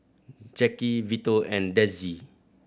Jacki Vito and Dezzie